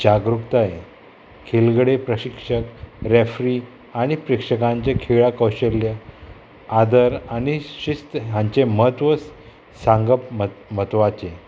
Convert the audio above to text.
जागृकताय खेलगडे प्रशिक्षक रॅफ्री आनी प्रेक्षकांचे खेळाक कौशल्या आदर आनी शिस्त हांचे म्हत्व सांगप म्हत्वाचें